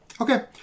Okay